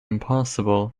impossible